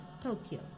Tokyo